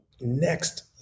next